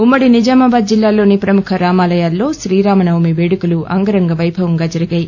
ఉమ్మడి నిజామాబాద్ జిల్లాలోని ప్రముఖ రామాయాల్లో శ్రీ రామ నవమి వేడుకు అంగరంగా వైభవంగా జరిగాయి